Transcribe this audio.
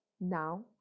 Now